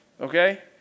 okay